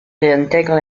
réintègre